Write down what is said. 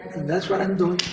and that's what i'm doing.